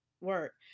work